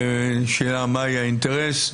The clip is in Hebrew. השאלה היא מה האינטרס.